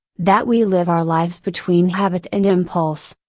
that we live our lives between habit and impulse,